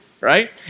right